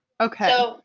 okay